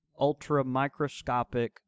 ultramicroscopic